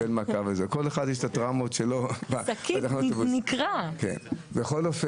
ולכן שקית ראשונה אולי צריך לתת בחינם,